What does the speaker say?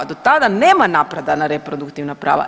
Do tada nema napada na reproduktivna prava.